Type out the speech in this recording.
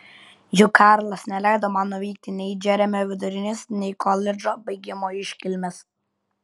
juk karlas neleido man nuvykti nei į džeremio vidurinės nei į koledžo baigimo iškilmes